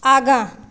आगाँ